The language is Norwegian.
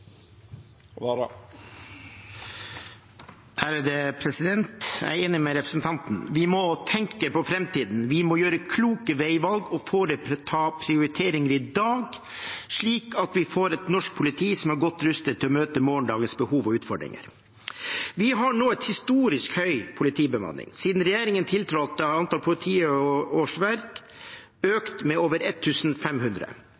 Jeg er enig med representanten. Vi må tenke på framtiden, vi må gjøre kloke veivalg og foreta prioriteringer i dag, slik at vi får et norsk politi som er godt rustet til å møte morgendagens behov og utfordringer. Vi har nå en historisk høy politibemanning. Siden regjeringen tiltrådte, har antall politiårsverk økt med over 1 500.